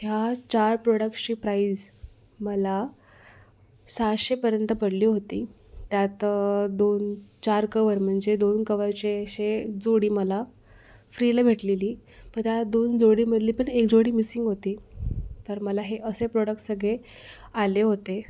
ह्या चार प्रोडक्ट्सची प्राईज मला सहाशेपर्यंत पडली होती त्यात दोन चार कवर म्हणजे दोन कवरचे असे एक जोडी मला फ्रीला भेटलेली पण त्या दोन जोडीमधली पण एक जोडी मिसिंग होती तर मला हे असे प्रोडक्ट्स सगळे आले होते